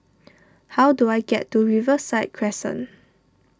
how do I get to Riverside Crescent